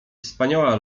wspaniała